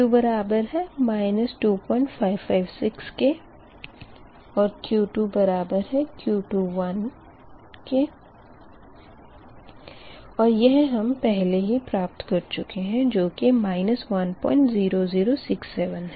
P2 बराबर है 2556 के और Q2 बराबर Q21 है यह हम प्राप्त कर चुके है जो कि 10067 है